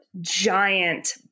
giant